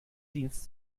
dienst